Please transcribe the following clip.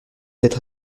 être